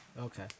okay